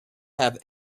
have